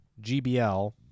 GBL